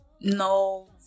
no